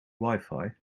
wifi